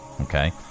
okay